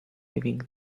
living